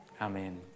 amen